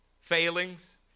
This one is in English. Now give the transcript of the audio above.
failings